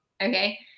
Okay